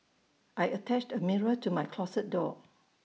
I attached A mirror to my closet door